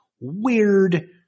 weird